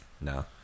No